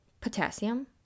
potassium